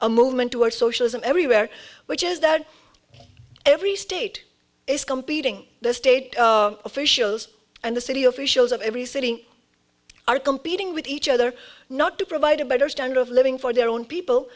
a movement towards socialism everywhere which is that every state is competing the state officials and the city officials of every sitting are competing with each other not to provide a better standard of living for their own people